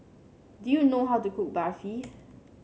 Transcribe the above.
do you know how to cook Barfi